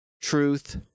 truth